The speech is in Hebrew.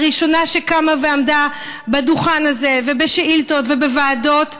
הראשונה שקמה ועמדה בדוכן הזה ובשאילתות ובוועדות,